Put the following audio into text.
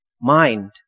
mind